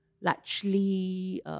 largely